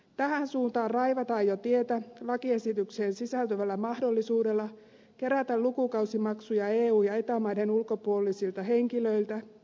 tähän suuntaan raivataan jo tietä lakiesitykseen sisältyvällä mahdollisuudella kerätä lukukausimaksuja eu ja eta maiden ulkopuolisilta henkilöiltä